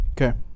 Okay